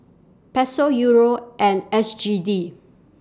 Peso Euro and S G D